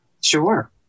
Sure